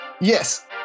Yes